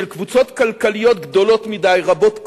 של קבוצות כלכליות גדולות מדי, רבות כוח,